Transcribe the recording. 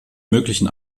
möglichen